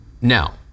Now